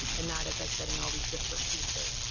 and not, as i said, in all these disparate pieces.